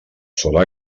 solà